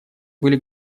были